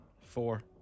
Four